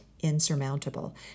insurmountable